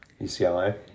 UCLA